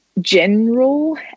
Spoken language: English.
general